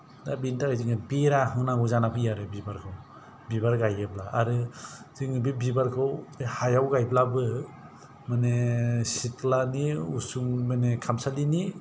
दा बेनि थाखाय बेरा होनांगौ जानानै फैयो आरो बिबारखौ बिबार गायोब्ला आरो जोङो बे बिबारखौ हायाव गायब्लाबो माने सिथ्लानि उसुं माने खामसालिनि